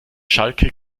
schalke